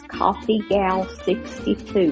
coffeegal62